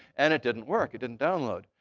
and it didn't work. it didn't download.